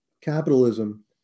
capitalism